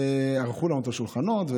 ערכו לנו את השולחנות,